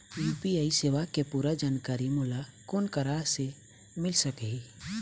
UPI सेवा के पूरा जानकारी मोला कोन करा से मिल सकही?